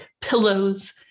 pillows